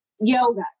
yoga